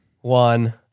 one